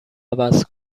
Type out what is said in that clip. عوض